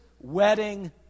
wedding